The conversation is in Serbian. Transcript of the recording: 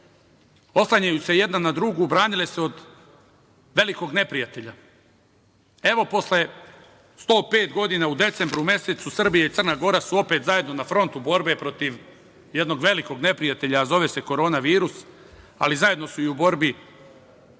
oslanjajući se jedna na drugu branile se od velikog neprijatelja. Evo posle 105 godina u decembru mesecu Srbija i Crna Gora su opet zajedno na frontu borbe protiv jednog velikog neprijatelja, a zove se Korona virus, ali zajedno su i u borbi